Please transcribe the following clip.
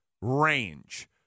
range